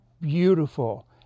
beautiful